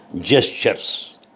gestures